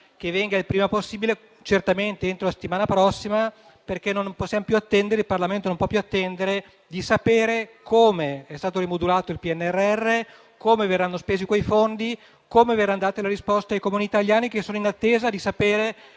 che venga il prima possibile, certamente entro la settimana prossima, perché il Parlamento non può più attendere di sapere come è stato rimodulato il PNRR, come verranno spesi quei fondi, come verrà data risposta ai Comuni italiani che sono in attesa di sapere